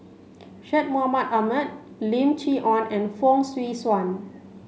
Syed Mohamed Ahmed Lim Chee Onn and Fong Swee Suan